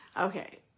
Okay